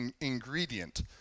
ingredient